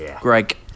Greg